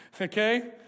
Okay